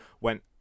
went